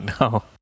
no